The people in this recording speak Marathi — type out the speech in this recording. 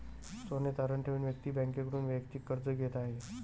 सोने तारण ठेवून व्यक्ती बँकेकडून वैयक्तिक कर्ज घेत आहे